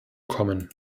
kommen